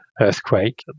earthquake